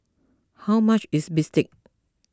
how much is Bistake